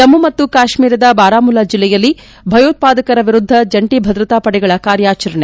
ಜಮ್ಮು ಮತ್ತು ಕಾಶ್ಮೀರದ ಬಾರಾಮುಲ್ಲಾ ಜಿಲ್ಲೆಯಲ್ಲಿ ಭಯೋತ್ಸಾದಕರ ವಿರುದ್ದ ಜಂಟಿ ಹ ಭದ್ರತಾ ಪಡೆಗಳ ಕಾರ್ಯಾಚರಣೆ